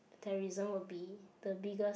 terrorism will be the biggest